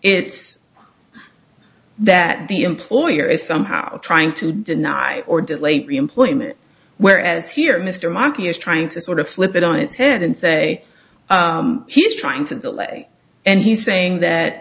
it's that the employer is somehow trying to deny or delay the employment whereas here mr markey is trying to sort of flip it on its head and say he's trying to delay and he's saying that